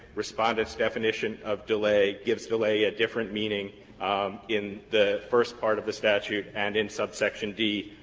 respondent's definition of delay gives delay a different meaning in the first part of the statute and in subsection d,